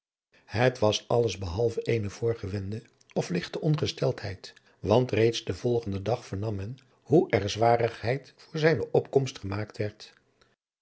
het was alles behalve eene voorgewende of ligte ongesteldheid want reeds den volgenden dag vernam men hoe er zwarigheid voor zijne opkomst gemaakt werd